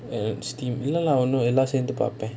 steam இல்லாத எல்லாம் சேர்ந்து பாப்பேன்:illala yellam seanthu paappaen